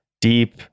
deep